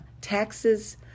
taxes